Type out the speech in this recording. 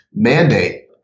Mandate